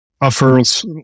offers